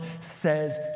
says